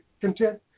content